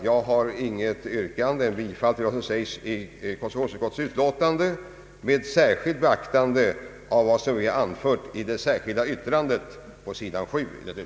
Jag har inget annat yrkande än bifall till konstitutionsutskottets utlåtande med beaktande av vad vi anfört i det särskilda yttrandet på s. 7.